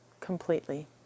completely